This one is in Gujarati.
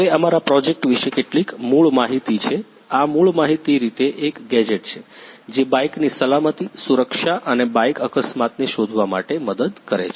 હવે અમારા પ્રોજેક્ટ વિશે કેટલીક મૂળ માહિતી છે આ મૂળભૂત રીતે એક ગેજેટ છે જે બાઇકની સલામતી સુરક્ષા અને બાઇક અકસ્માતને શોધવા માટે મદદ કરે છે